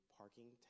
parking